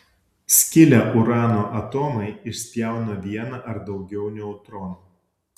skilę urano atomai išspjauna vieną ar daugiau neutronų